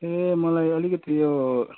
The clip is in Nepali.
ए मलाई अलिकति यो